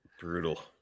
Brutal